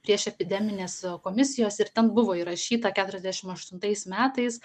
priešepideminės komisijos ir ten buvo įrašyta keturiasdešim aštuntais metais